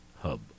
Hub